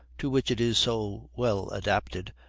to which it is so well adapted,